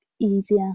easier